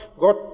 God